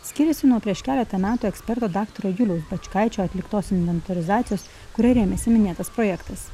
skiriasi nuo prieš keletą metų eksperto daktaro juliaus bačkaičio atliktos inventorizacijos kuria rėmėsi minėtas projektas